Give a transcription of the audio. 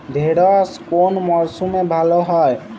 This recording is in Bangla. ঢেঁড়শ কোন মরশুমে ভালো হয়?